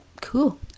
cool